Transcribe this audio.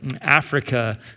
Africa